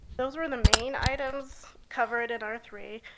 those were the main items covered at r three.